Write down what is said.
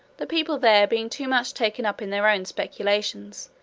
the people there being too much taken up in their own speculations,